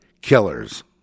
killers